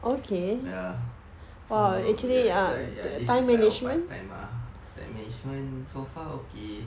ya so ya like ya this is like our part time lah time management so far okay